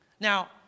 Now